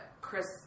Chris